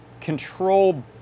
control